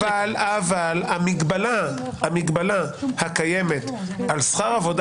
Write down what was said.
אבל המגבלה הקיימת על שכר עבודה